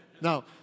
No